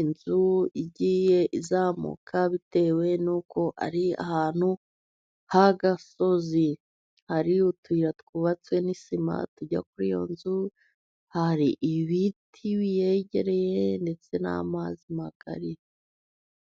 inzu igiye izamuka bitewe n'uko ari ahantu h'agasozi . Hari utuyira twubatswe n'isima tujya kuri iyo nzu , hari ibiti biyegereye ndetse n'amazi magari.